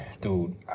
dude